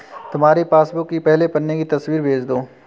तुम्हारी पासबुक की पहले पन्ने की तस्वीर भेज दो